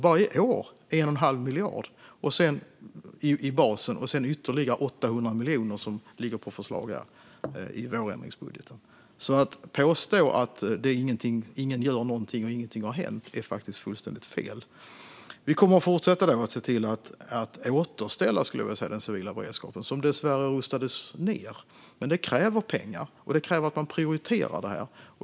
Bara i år handlar det om 1 1⁄2 miljard kronor i basen och sedan ytterligare 800 miljoner som föreslås i vårändringsbudgeten. Att påstå att ingen gör någonting och att ingenting har hänt är faktiskt fullständigt fel. Vi kommer att fortsätta att se till att återställa, skulle jag vilja säga, den civila beredskapen som dessvärre rustades ned. Men det kräver pengar, och det kräver att man prioriterar detta.